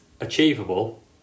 achievable